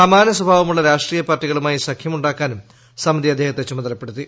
സമാന സ്വഭാവമുള്ള രാഷ്ട്രീയ പാർട്ടികളുമായി സഖ്യമുണ്ടാക്കാനും സമിതി അദ്ദേഹത്തെ ചുമതലപ്പെടുത്തി